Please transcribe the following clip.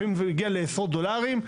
לפעמים זה מגיע לעשרות דולרים.